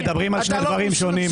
אתם מדברים על שני דברים שונים,